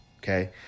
Okay